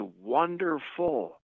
wonderful